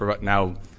now